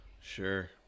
Sure